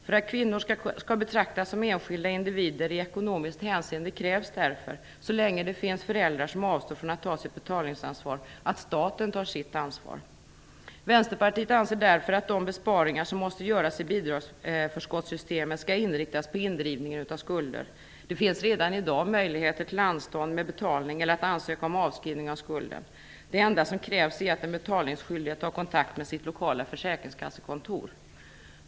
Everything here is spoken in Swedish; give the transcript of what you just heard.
För att kvinnor skall betraktas som enskilda individer i ekonomiskt hänseende krävs därför - så länge som det finns föräldrar som avstår från att ta sitt betalningsansvar - att staten tar sitt ansvar. Vänsterpartiet anser därför att de besparingar som måste göras i bidragsförskottssystemet skall inriktas på indrivningen av skulder. Det finns redan i dag möjligheter till anstånd med betalning eller möjlighet att ansöka om avskrivning av skulden. Det enda som krävs är att den betalningsskyldige tar kontakt med sitt lokala försäkringskassekontor.